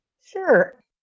Sure